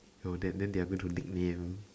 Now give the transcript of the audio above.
yo then then they happen to nickname